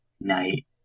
night